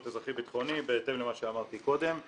אזרחי ביטחוני' בהתאם למה שאמרתי קודם.